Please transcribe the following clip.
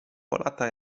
polata